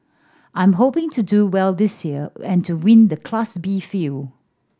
I'm hoping to do well this year and to win the Class B field